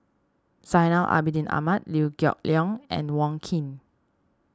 Zainal Abidin Ahmad Liew Geok Leong and Wong Keen